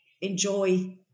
enjoy